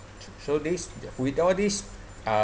so this with all this uh